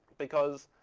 because